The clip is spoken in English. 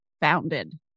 bounded